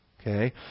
Okay